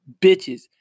bitches